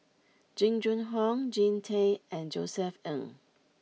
Jing Jun Hong Jean Tay and Josef Ng